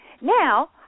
Now